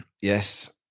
Yes